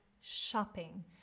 shopping